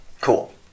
cool